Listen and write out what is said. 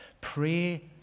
Pray